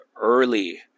early